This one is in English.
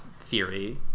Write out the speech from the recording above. theory